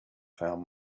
found